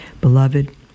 Beloved